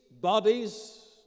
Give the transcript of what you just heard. bodies